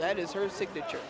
that is her signature